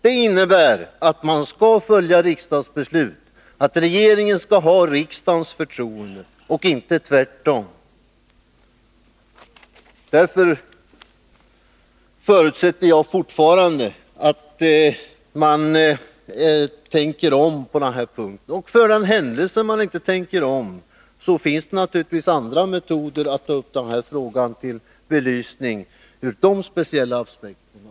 Det innebär att regeringen skall följa riksdagsbeslut, att regeringen skall ha riksdagens förtroende och inte tvärtom. Därför förutsätter jag fortfarande att man tänker om på den här punkten. För den händelse man inte ämnar göra det finns det naturligtvis andra metoder att ta upp denna fråga till belysning ur dessa speciella aspekter.